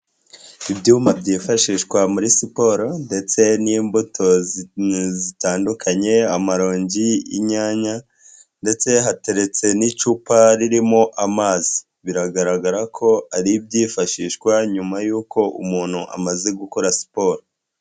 Ibyuma byifashishwa muri siporo, ndetse n'imbuto zitandukanye amaronji, inyanya, ndetse hateretse n'icupa ririmo amazi, biragaragara ko ar'ibyifashishwa nyuma y'uko umuntu amaze gukora siporo.